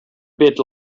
bit